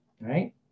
right